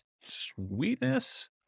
Sweetness